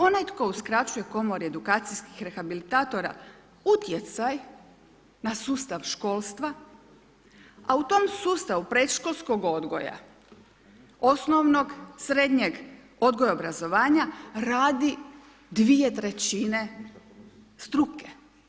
Onaj tko uskraćuje Komori edukacijskih rehabilitatora utjecaj na sustav školstva, a u tom sustavu predškolskog odgoja, osnovnog, srednjeg odgoja i obrazovanja radi dvije trećine struke.